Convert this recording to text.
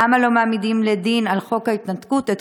למה לא מעמידים לדין על חוק ההתנתקות את